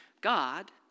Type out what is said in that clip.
God